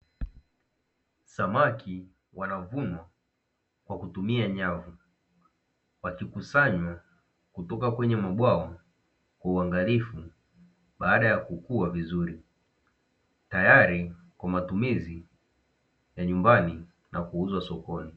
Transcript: Samaki wanavunwa kwa kutumia nyavu, wakikusanywa kutoka kwenye mabwawa kwa uangalifu baada ya kukua vizuri, tayari kwa matumizi ya nyumbani na kuuzwa sokoni.